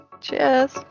cheers